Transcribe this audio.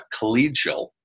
collegial